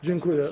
Dziękuję.